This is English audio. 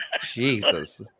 Jesus